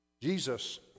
jesus